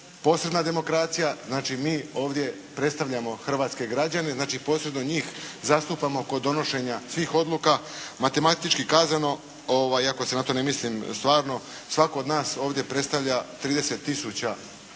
posebna demokracija. Znači, mi ovdje predstavljamo hrvatske građane. Znači, posredno njih zastupamo kod donošenja svih odluka. Matematički kazano iako se na to ne misli stvarno svatko od nas predstavlja ovdje